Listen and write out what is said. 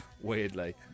weirdly